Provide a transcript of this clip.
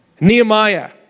Nehemiah